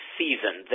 season